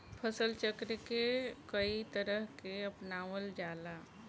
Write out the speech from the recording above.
फसल चक्र के कयी तरह के अपनावल जाला?